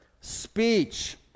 speech